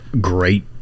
great